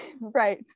Right